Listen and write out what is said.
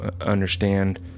understand